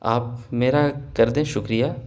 آپ میرا کر دیں شکریہ